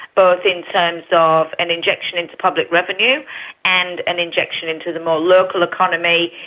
both in terms of an injection into public revenue and an injection into the more local economy,